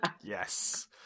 Yes